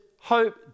hope